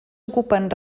ocupen